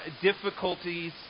difficulties